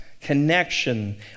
connection